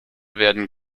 werden